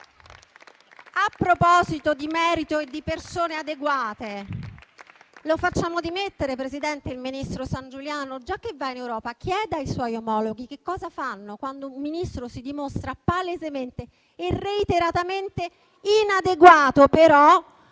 A proposito di merito e di persone adeguate: lo facciamo dimettere, Presidente, il ministro Sangiuliano? Visto che va in Europa, chieda ai suoi omologhi che cosa fanno quando un Ministro si dimostra palesemente e reiteratamente inadeguato.